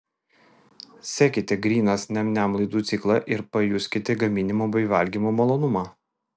sekite grynas niam niam laidų ciklą ir pajuskite gaminimo bei valgymo malonumą